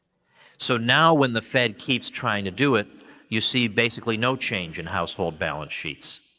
so now when the fed keeps trying to do it you see basically no change in household balance sheets.